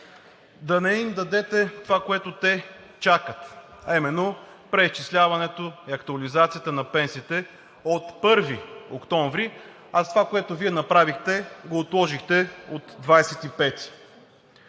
да не им дадете това, което те чакат, а именно преизчисляването и актуализацията на пенсиите от 1 октомври и с това, което Вие направихте, отложихте да е